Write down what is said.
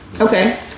okay